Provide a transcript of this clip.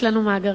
יש לנו מאגרים.